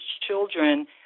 children